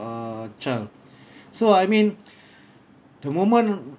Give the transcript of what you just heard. child so I mean the moment